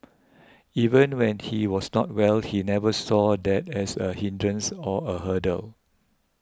even when he was not well he never saw that as a hindrance or a hurdle